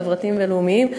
חברתיים ולאומיים.